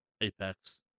Apex